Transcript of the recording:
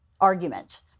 argument